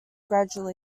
gradually